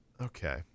okay